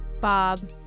Bob